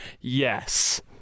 Yes